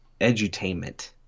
edutainment